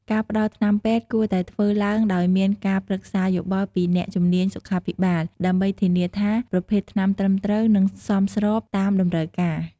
ការផ្តល់ថ្នាំពេទ្យគួរតែធ្វើឡើងដោយមានការ ប្រឹក្សាយោបល់ពីអ្នកជំនាញសុខាភិបាល ដើម្បីធានាថាប្រភេទថ្នាំត្រឹមត្រូវ និងសមស្របតាមតម្រូវការ។